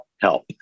help